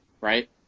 right